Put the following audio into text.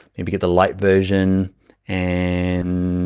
maybe get the light version and